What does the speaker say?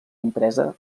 impresa